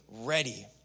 ready